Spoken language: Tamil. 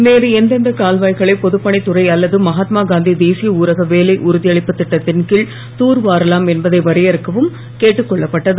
வேறு எந்தெந்த கால்வாய்களை பொதுப்பணித் துறை அல்லது மகாத்மாகாந்தி தேசிய ஊரக வேலை உறுதியளிப்புத் திட்டத்தின் கீழ் தூர் வாரலாம் என்பதை வரையறுக்கவும் கேட்டுக் கொள்ளப்பட்டது